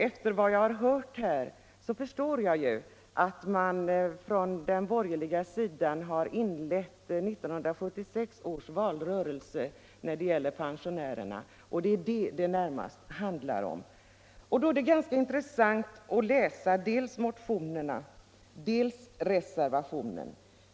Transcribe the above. Efter att ha lyssnat på anförandena från den borgerliga sidan förstår jag, att man där har inlett 1976 års valrörelse när det gäller pensionärerna. Det är närmast detta det handlar om. Mot den bakgrunden är det intressant att läsa motionerna och reservationen.